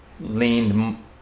leaned